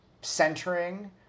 centering